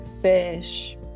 fish